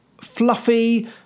fluffy